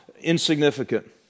insignificant